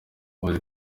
yavuze